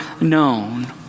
known